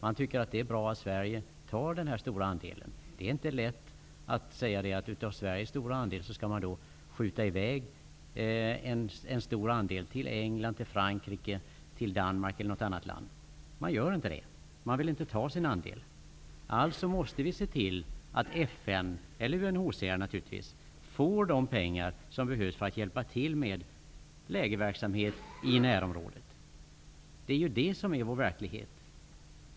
Man tycker att det är bra att Sverige tar en så stor andel. Det är inte lätt att från Sveriges stora andel skjuta över en del till England, Frankrike, Danmark eller något annat land. De vill inte ta emot sin andel. Alltså måste vi se till att FN eller UNHCR får de pengar som behövs för att hjälpa till med lägerverksamhet i närområdet. Det är detta som är vår verklighet.